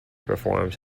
performs